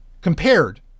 compared